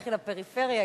לכי לפריפריה,